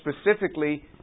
specifically